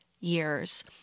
years